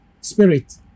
spirit